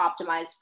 optimized